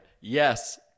yes